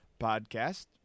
podcast